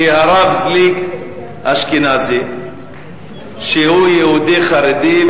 כי הרב זליג אשכנזי שהוא יהודי חרדי,